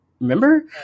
remember